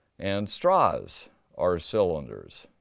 and straws are cylinders.